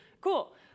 cool